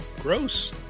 Gross